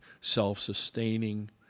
self-sustaining